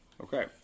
Okay